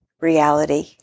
reality